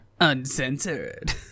uncensored